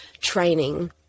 training